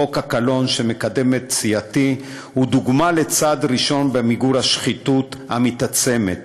חוק הקלון שמקדמת סיעתי הוא דוגמה לצעד ראשון במיגור השחיתות המתעצמת.